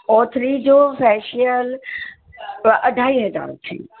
ओ three जो facial अढाई हज़ार थिए